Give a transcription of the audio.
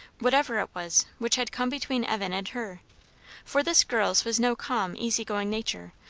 whatever it was, which had come between evan and her for this girl's was no calm, easy-going nature,